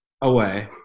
away